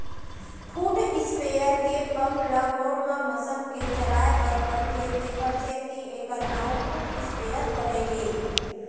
foot sprayer के pump ल गोड़ म मसक के चलाए बर परथे तेकर सेती एकर नांव फुट स्पेयर परे हे